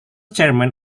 chairman